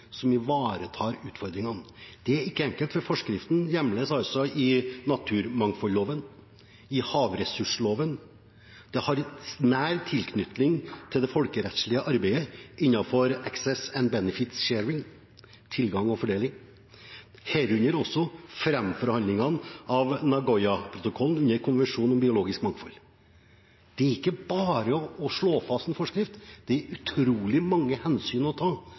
som ivaretar utfordringene. Det er ikke enkelt, for forskriften hjemles i naturmangfoldloven, i havressursloven, og det har nær tilknytning til det folkerettslige arbeidet innenfor «access and benefit-sharing», altså tilgang og fordeling, herunder også framforhandlingen av Nagoya-protokollen under konvensjonen om biologisk mangfold. Det er ikke bare å slå fast en forskrift. Det er utrolig mange hensyn å ta,